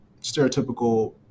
stereotypical